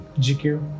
GQ